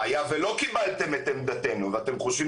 צריך